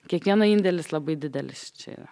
kiekvieno indėlis labai didelis čia yra